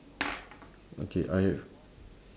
okay I have